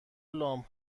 لامپ